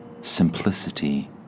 simplicity